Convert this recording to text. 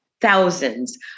thousands